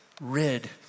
rid